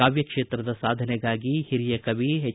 ಕಾವ್ದ ಕ್ಷೇತ್ರದ ಸಾಧನೆಗಾಗಿ ಹಿರಿಯ ಕವಿ ಎಚ್